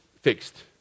fixed